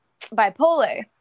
bipolar